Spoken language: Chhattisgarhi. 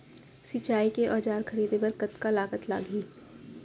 सिंचाई के औजार खरीदे बर कतका लागत लागही?